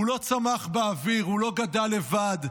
הוא לא צמח באוויר, הוא לא גדל לבד.